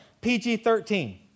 PG-13